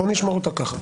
בוא נשמור אותה כך.